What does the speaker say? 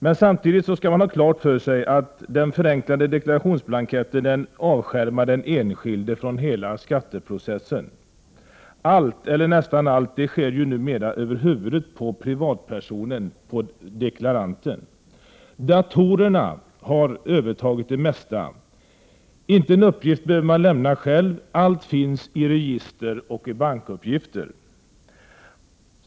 Men samtidigt skall man ha klart för sig att den förenklade deklarationsblanketten avskärmar den enskilde från hela skatteprocessen. Allt eller nästan allt sker ju numera över huvudet på privatpersonen-deklaranten. Datorerna har övertagit det mesta — inte en uppgift behöver man lämna själv, allt finns i register och bankuppgifter.